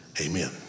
Amen